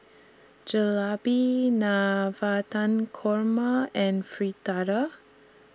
Jalebi Navratan Korma and Fritada